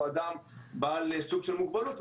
או אדם בעל סוג של מוגבלות,